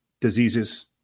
diseases